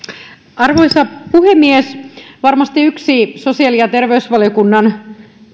arvoisa puhemies varmasti yksi sosiaali ja terveysvaliokunnan